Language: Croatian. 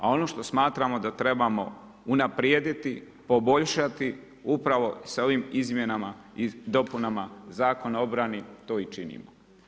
A ono što smatramo da trebamo, unaprijediti, poboljšati, upravo sa ovim izmjenama i dopunama Zakona o obrani, to i činimo.